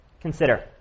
consider